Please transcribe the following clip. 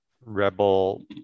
rebel